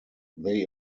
they